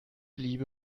liebe